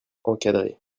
encadré